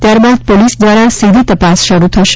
ત્યારબાદ પોલીસ દ્વારા સીધી તપાસ શરૂ થશે